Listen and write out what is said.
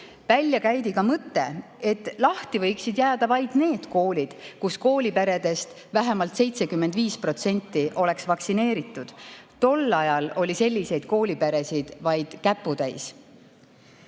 Välja käidi ka mõte, et lahti võiksid jääda vaid need koolid, kus kooliperest vähemalt 75% oleks vaktsineeritud. Tol ajal oli selliseid kooliperesid vaid käputäis.